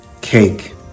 Cake